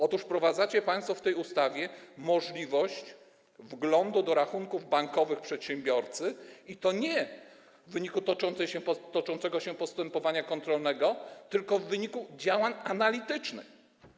Otóż wprowadzacie państwo w tej ustawie możliwość wglądu do rachunków bankowych przedsiębiorcy i to nie w wyniku toczącego się postępowania kontrolnego, tylko w wyniku działań analitycznych.